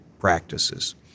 Practices